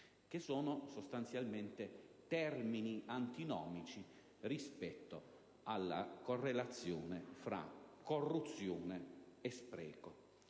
termini sostanzialmente antinomici rispetto alla correlazione fra corruzione e spreco.